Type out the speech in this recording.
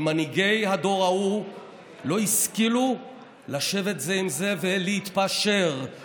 מנהיגי הדור ההוא לא השכילו לשבת זה עם זה ולהתפשר,